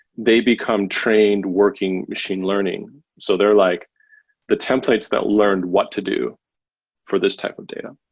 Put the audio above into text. they become trained working machine learning. so they're like the templates that learned what to do for this type of data.